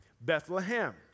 Bethlehem